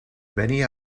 many